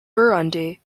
burundi